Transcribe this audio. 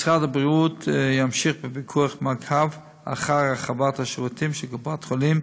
משרד הבריאות ימשיך בפיקוח ובמעקב אחר הרחבת השירותים של קופת-חולים,